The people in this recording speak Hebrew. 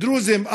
דרוזים,